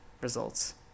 results